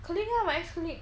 colleague lah my ex colleague